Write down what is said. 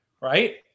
right